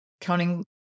counting